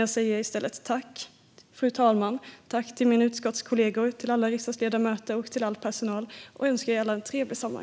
Jag säger i stället tack till mina utskottskollegor, alla riksdagsledamöter och all personal. Jag önskar er alla en trevlig sommar!